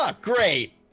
great